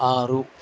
ఆరు